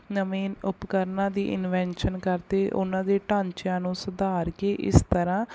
ਨਵੇਂ ਉਪਕਰਨਾਂ ਦੀ ਇਨਵੈਂਸ਼ਨ ਕਰਦੇ ਉਹਨਾਂ ਦੇ ਢਾਂਚਿਆਂ ਨੂੰ ਸੁਧਾਰ ਕੇ ਇਸ ਤਰ੍ਹਾਂ